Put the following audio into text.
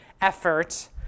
effort